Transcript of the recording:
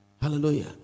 hallelujah